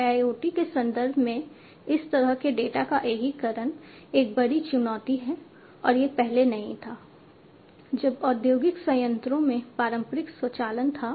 IIoT के संदर्भ में इस तरह के डेटा का एकीकरण एक बड़ी चुनौती है और यह पहले नहीं था जब औद्योगिक संयंत्रों में पारंपरिक स्वचालन था